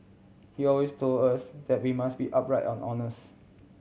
he always told us that we must be upright and honest